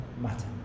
matter